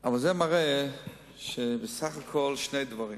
אבל זה מראה שני דברים: